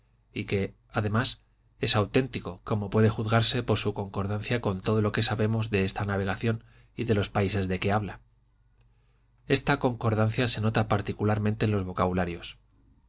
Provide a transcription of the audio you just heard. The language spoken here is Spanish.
y que además es auténtico como puede juzgarse por su concordancia con todo lo que sabemos de esta navegación y de los países de que habla esta concordancia se nota particularmente en los vocabularios